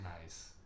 Nice